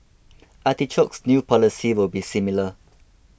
artichoke's new policy will be similar